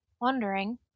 wondering